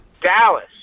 Dallas